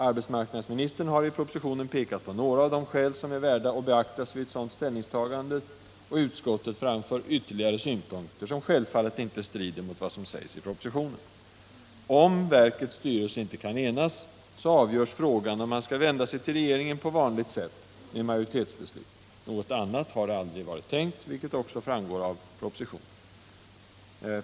Arbetsmarknadsministern har i propositionen pekat på några av de skäl som är värda att beaktas vid ett sådant ställningstagande, och utskottet har anfört ytterligare synpunkter som inte strider emot vad som sägs i propositionen. Om verkets styrelse inte kan enas, avgörs frågan = Arbetsmiljölag, om man skall vända sig till regeringen på vanligt sätt, dvs. genom mam.m. joritetsbeslut. Något annat förfarande har inte diskuterats, vilket också framgår av propositionen.